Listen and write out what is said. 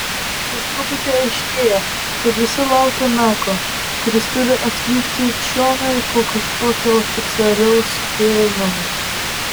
po truputį aiškėja kad visi laukia meko kuris turi atvykti čionai po kažkokio oficialaus priėmimo